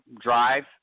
drive